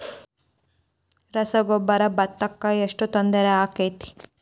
ರಸಗೊಬ್ಬರ, ಭತ್ತಕ್ಕ ಎಷ್ಟ ತೊಂದರೆ ಆಕ್ಕೆತಿ?